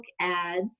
Ads